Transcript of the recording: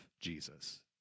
Jesus